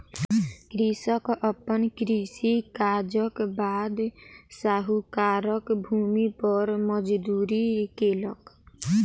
कृषक अपन कृषि काजक बाद साहूकारक भूमि पर मजदूरी केलक